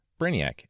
Brainiac